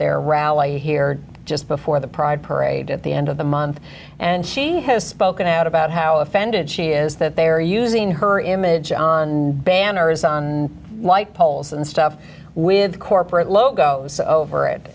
their rally here just before the pride parade at the end of the month and she has spoken out about how offended she is that they are using her image on banners on light poles and stuff with corporate logos over it